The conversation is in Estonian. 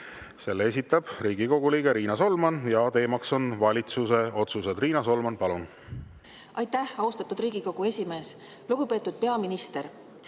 selle esitab Riigikogu liige Riina Solman ja teema on valitsuse otsused. Riina Solman, palun! Aitäh, austatud Riigikogu esimees! Lugupeetud peaminister!